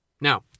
Now